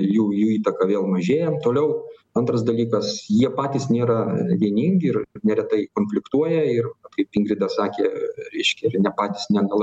jų įtaka vėl mažėja toliau antras dalykas jie patys nėra vieningi ir neretai konfliktuoja ir va kaip ingrida sakė reiškia jie ir patys nelabai lojalūs